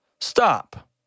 stop